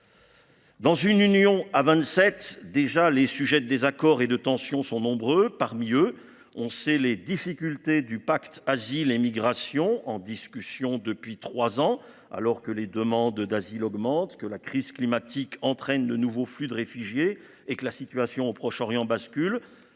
Dans une Union à vingt-sept, les sujets de désaccords et de tensions sont déjà nombreux. Parmi eux, on connaît les difficultés que soulève le pacte sur la migration et l’asile, en discussion depuis trois ans, alors même que les demandes d’asile augmentent, que la crise climatique entraîne de nouveaux flux de réfugiés et que la situation au Proche-Orient bascule.